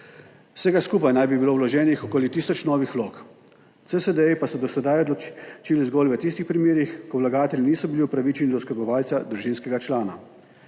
Vsega skupaj naj bi bilo vloženih okoli tisoč novih vlog, CSD pa so do sedaj odločili zgolj v tistih primerih, ko vlagatelji niso bili upravičeni do oskrbovalca družinskega člana.